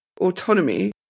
autonomy